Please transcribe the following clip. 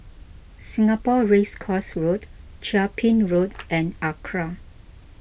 Singapore Race Course Chia Ping Road and Acra